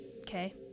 Okay